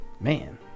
Man